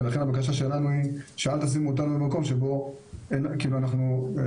ולכן הבקשה שלנו היא שאל תשימו אותנו במקום שבו אנחנו לא